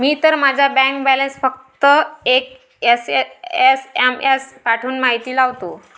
मी तर माझा bank balance फक्त एक एस.एम.एस पाठवून माहिती लावतो